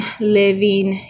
living